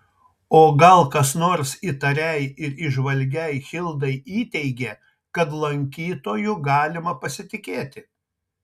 o gal kas nors įtariai ir įžvalgiai hildai įteigė kad lankytoju galima pasitikėti